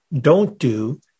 don't-do